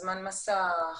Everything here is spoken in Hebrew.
זמן מסך.